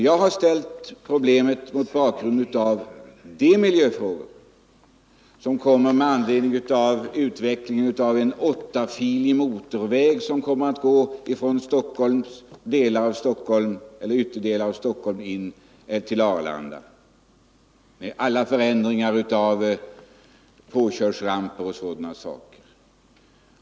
Jag har sett problemet mot bakgrund av de miljöproblem som uppstår med anledning av utvecklingen av en åttafilig motorväg, som kommer att gå från Stockholms ytterdelar och ut till Arlanda, innebärande olika miljöförändringar i form av tillfartsramper och sådana saker.